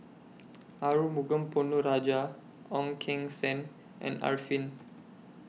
Arumugam Ponnu Rajah Ong Keng Sen and Arifin